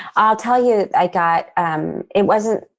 i'll tell you, i got um it wasn't,